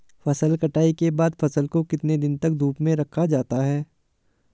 फसल कटाई के बाद फ़सल को कितने दिन तक धूप में रखा जाता है?